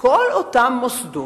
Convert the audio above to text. כל אותם מוסדות,